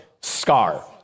scar